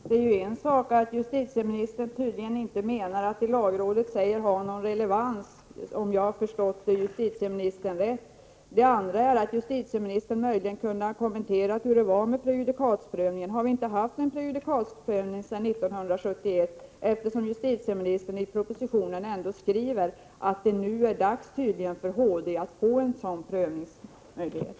Herr talman! Det är en sak att justitieministern tydligen menar att det lagrådet säger inte har någon relevans, om jag har förstått justitieministern rätt. Justitieministern kunde dock ha kommenterat hur det är med prejudikatsprövningen. Har vi inte haft en prejudikatsprövning sedan 1971, eftersom justitieministern i propositionen skriver att det nu är dags för HD att få en sådan prövningsmöjlighet?